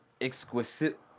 Exquisite